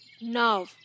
Now